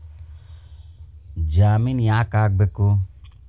ಜಾಮಿನ್ ಯಾಕ್ ಆಗ್ಬೇಕು?